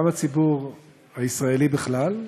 גם הציבור הישראלי בכלל,